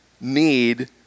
need